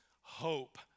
hope